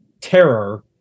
terror